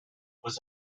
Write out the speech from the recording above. was